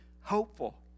hopeful